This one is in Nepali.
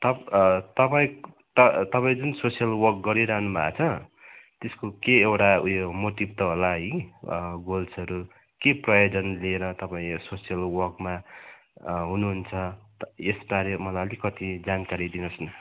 तप तपाईँ तपाईँ जुन सोसल वर्क गरिरहनु भएको छ त्यसको के एउटा उयो मोटिभ त होला है गोल्सहरू के प्रयोजन लिएर तपाईँ यो सोसल वर्कमा हुनुहुन्छ यसबारे मलाई अलिकति जानकारी दिनुहोस् न